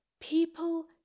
People